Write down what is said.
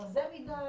רזה מדי,